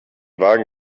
wagen